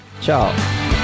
ciao